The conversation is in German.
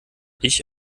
ich